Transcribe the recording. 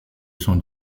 son